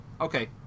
Okay